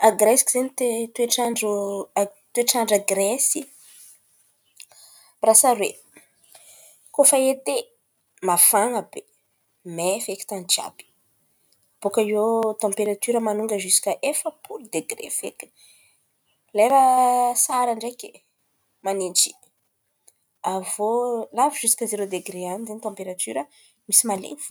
A Gresy koa zen̈y, toe toetrandro a toedrandra a Gresy, mirasa aroe: koa fa ete, mafana be, may feky tan̈y jiàby. Bôka iô tamperatiora manonga efapolo degre fekiny. Lera asara ndraiky manintsy. Avô navy ziska zerô degre feky tamperatiora, misy malen̈y fo.